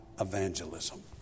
evangelism